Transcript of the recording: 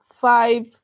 five